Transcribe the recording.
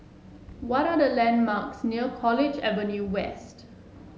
what are the landmarks near College Avenue West